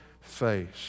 face